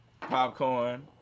Popcorn